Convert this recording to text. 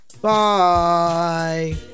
Bye